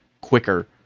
quicker